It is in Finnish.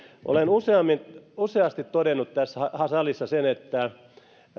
olen useasti todennut tässä salissa sen että